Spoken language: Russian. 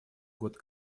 год